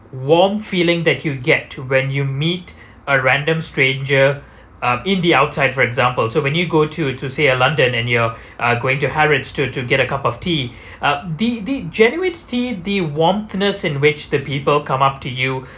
warm feeling that you get to when you meet a random stranger um in the outside for example so when you go to to say uh london and you're going to harrods to to get a cup of tea uh the the genuine tea the warmness in which the people come up to you